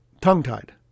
tongue-tied